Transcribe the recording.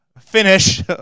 finish